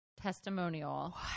testimonial